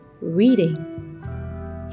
reading